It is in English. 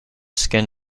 skin